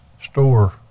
store